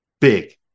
big